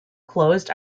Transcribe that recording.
closed